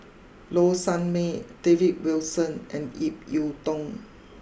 Low Sanmay David Wilson and Ip Yiu Tung